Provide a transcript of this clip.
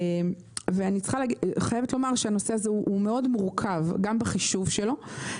אני חייבת לומר שהנושא הזה הוא מאוד מורכב גם בחישוב שלו,